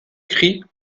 cris